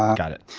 um got it.